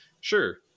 Sure